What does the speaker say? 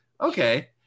Okay